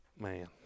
Man